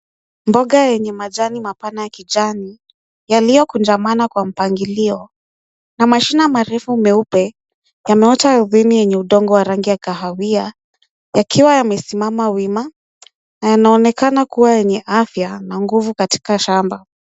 Mboga yenye majani mapana ya kijani yaliyokunjamana kwa mpangilio na mashina marefu meupe yameota ardhini yenye udongo wa rangi ya kahawia yakiwa yamesimama wima na yanaonekana kuwa yenye afya na nguvu katika shamba.